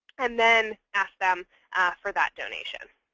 and then ask them for that donation.